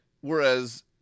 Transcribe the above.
whereas